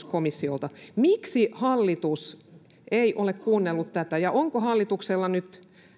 komissiolta miksi hallitus ei ole kuunnellut tätä ja onko hallituksella nyt